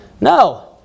No